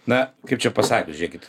na kaip čia pasakius žiūrėkit